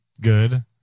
good